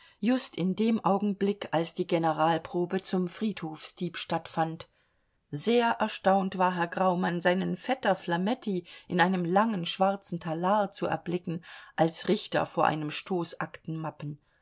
just in dem augenblick als die generalprobe zum friedhofsdieb stattfand sehr erstaunt war herr graumann seinen vetter flametti in einem langen schwarzen talar zu erblicken als richter vor einem